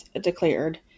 declared